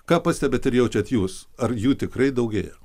ką pastebit ir jaučiat jūs ar jų tikrai daugėja